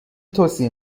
توصیه